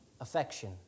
affection